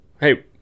Hey